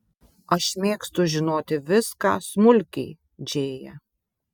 aš mėgstu žinoti viską smulkiai džėja